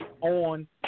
on